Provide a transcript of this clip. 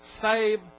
Save